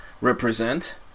represent